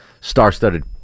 star-studded